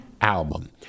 album